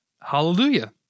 hallelujah